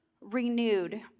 renewed